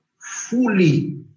fully